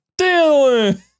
Dylan